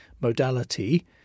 modality